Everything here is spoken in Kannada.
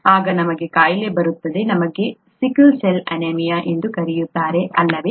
ಆಗ ನಮಗೆ ಕಾಯಿಲೆ ಬರುತ್ತದೆ ನಮಗೆ ಸಿಕಲ್ ಸೆಲ್ ಅನೀಮಿಯಾ ಎಂದು ಕರೆಯುತ್ತಾರೆ ಅಲ್ಲವೇ